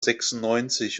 sechsundneunzig